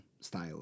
style